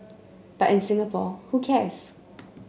but in Singapore who cares